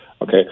Okay